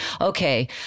okay